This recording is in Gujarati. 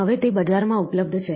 હવે તે બજારમાં ઉપલબ્ધ છે